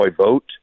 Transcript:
vote